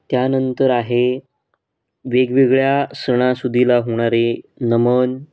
त्यानंतर आहे वेगवेगळ्या सणासुदीला होणारे नमन